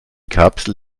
kapsel